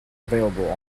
available